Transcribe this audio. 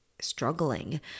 struggling